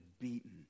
beaten